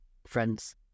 Friends